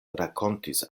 rakontis